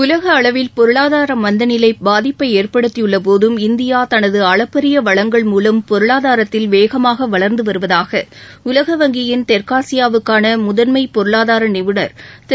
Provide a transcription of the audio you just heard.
உலக அளவில் பொருளாதார மந்தநிலை பாதிப்பை ஏற்படுத்தியுள்ள போதும் இந்தியா தனது அளப்பரிய வளங்கள் மூலம் பொருளாதாரத்தில் வேகமாக வளர்ந்து வருவதாக உலக வங்கியின் தெற்காசியாவுக்கான முதன்மை பொருளாதார நிபுணர் திரு